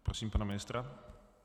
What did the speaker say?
Prosím pana ministra.